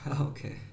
okay